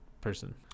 person